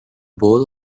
bowl